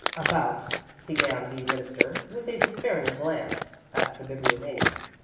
about began the minister, with a despairing glance at the bibliomaniac.